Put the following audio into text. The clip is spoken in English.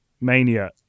Mania